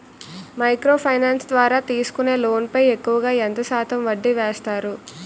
Micro finance ద్వారా తీసుకునే loan పై ఎక్కువుగా ఎంత శాతం వడ్డీ వేస్తారు?